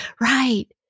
right